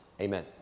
Amen